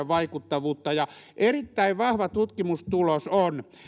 vaikuttavuutta ja erittäin vahva tutkimustulos on